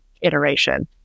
iteration